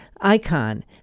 icon